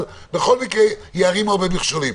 אבל בכל מקרה יערימו הרבה מכשולים.